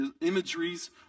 imageries